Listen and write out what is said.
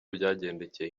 byagendekeye